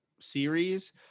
series